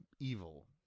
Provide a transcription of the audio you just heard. evil